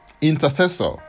intercessor